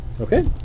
Okay